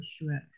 sure